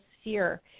sphere